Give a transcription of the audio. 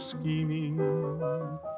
scheming